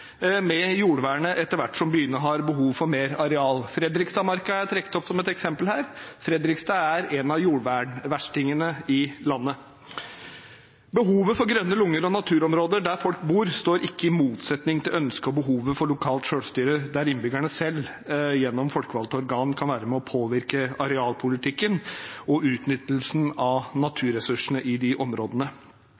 med jordvernet etter hvert som byene har behov for mer areal. Fredrikstadmarka er trukket fram som et eksempel her. Fredrikstad er en av jordvernverstingene i landet. Behovet for grønne lunger og naturområder der folk bor, står ikke i motsetning til ønsket om og behovet for lokalt selvstyre, der innbyggerne selv, gjennom folkevalgte organ, kan være med og påvirke arealpolitikken og utnyttelsen av